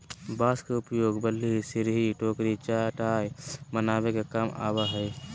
बांस के उपयोग बल्ली, सिरही, टोकरी, चटाय बनावे के काम आवय हइ